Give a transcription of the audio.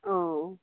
ᱳ